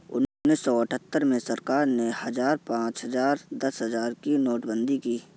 उन्नीस सौ अठहत्तर में सरकार ने हजार, पांच हजार, दस हजार की नोटबंदी की